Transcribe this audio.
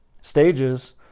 stages